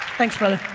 thanks brother,